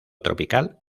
tropical